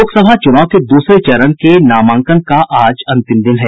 लोकसभा चुनाव के दूसरे चरण के नामांकन का आज अंतिम दिन है